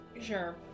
Sure